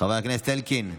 חבר הכנסת אלקין,